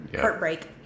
heartbreak